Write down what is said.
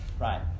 Right